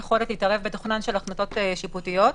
יכולת להתערב בתוכנן של החלטות שיפוטיות.